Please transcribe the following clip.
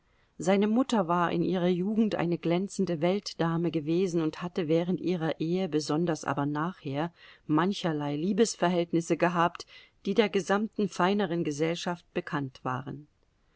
seine mutter war in ihrer jugend eine glänzende weltdame gewesen und hatte während ihrer ehe besonders aber nachher mancherlei liebesverhältnisse gehabt die der gesamten feineren gesellschaft bekannt waren